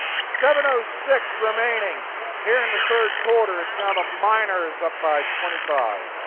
seven ah six remaining here in the third quarter. it's now the miners up by twenty five.